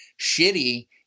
shitty